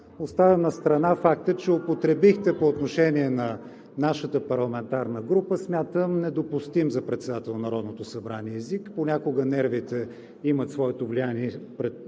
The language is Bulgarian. Оставям настрана факта, че употребихте по отношение на нашата парламентарна група – смятам за недопустим за председател на Народното събрание език. Понякога нервите имат своето влияние,